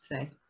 say